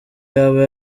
yaba